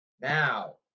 Now